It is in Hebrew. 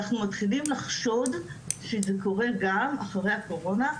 אנחנו מתחילים לחשוד שזה קורה גם אחרי הקורונה,